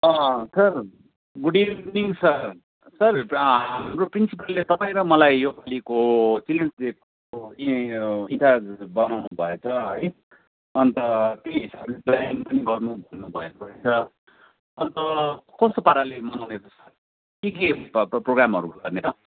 sir good evening sir sir हाम्रो प्रिन्सिपलले तपाईँ र मलाई यो पालिको चिल्ड्रेन्स डेको इ इन्चार्ज बनाउनुभएछ है अन्त त्यही हिसाबले तयारी पनि गर्नु भन्नुभएको छ अन्त कस्तो पाराले मनाउने त सर के के अब प्रोग्रामहरू गर्ने त